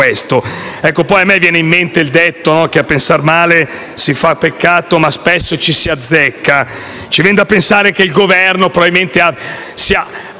questo. A me viene in mente il detto che a pensar male si fa peccato, ma spesso ci si azzecca. Ci viene da pensare che il Governo probabilmente abbia